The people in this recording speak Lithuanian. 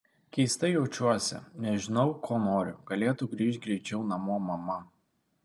keistai jaučiuosi nežinau ko noriu galėtų grįžt greičiau namo mama